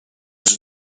was